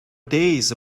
days